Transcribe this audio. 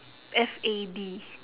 F A D